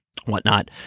whatnot